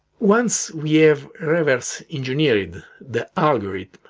once we have reverse-engineered the algorithm,